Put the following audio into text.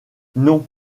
non